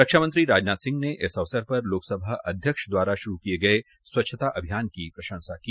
रक्षा मंत्री राजनाथ सिंह ने इस अवसर पर लोकसभा अध्यक्ष द्वारा किए गए स्वच्छता अभियान की प्रशंसा की